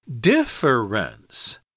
DIFFERENCE